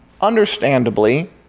understandably